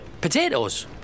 Potatoes